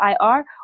IR